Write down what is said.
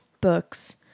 books